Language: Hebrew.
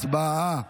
הצבעה.